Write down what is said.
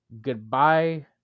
Goodbye